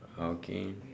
okay